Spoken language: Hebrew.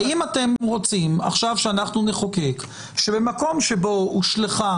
האם אתם רוצים עכשיו שאנחנו נחוקק שבמקום שבו הושלכה